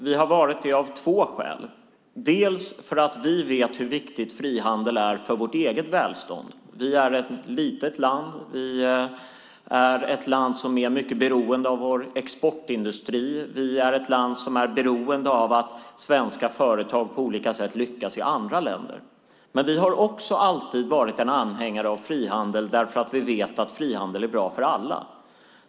Vi har varit det av två skäl. Vi vet hur viktig frihandeln är för vårt eget välstånd. Vi är ett litet land som är mycket beroende av vår exportindustri. Vi är ett land som är beroende av att våra företag på olika sätt lyckas i andra länder. Vi vet också att frihandel är bra för alla.